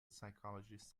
psychologist